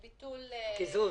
ביטול --- קיזוז?